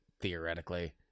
theoretically